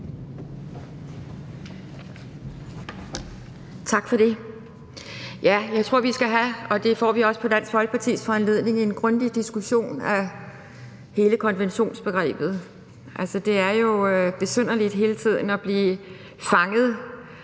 Dansk Folkepartis foranledning – en grundig diskussion af hele konventionsbegrebet. Altså, det er jo besynderligt hele tiden at blive fanget